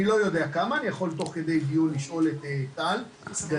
אני לא יודע כמה אבל אני יכול תוך כדי הדיון לשאול את טל הסגן